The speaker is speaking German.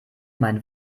mein